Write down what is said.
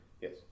Yes